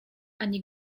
ani